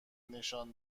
نشان